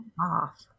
off